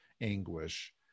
anguish